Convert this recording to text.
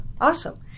awesome